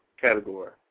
category